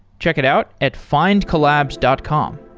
check it out at findcollabs dot com